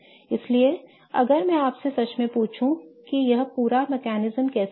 इसलिए अगर मैं आपसे सच में पूछूं कि यह पूरा तंत्र कैसा था